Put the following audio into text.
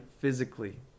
physically